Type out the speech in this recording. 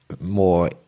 more